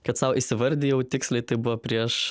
kad sau įsivardijau tiksliai tai buvo prieš